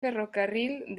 ferrocarril